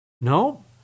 No